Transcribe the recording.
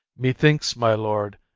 methinks, my lord,